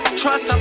trust